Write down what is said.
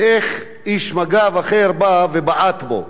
ואיך איש מג"ב אחר בא ובעט בו.